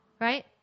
Right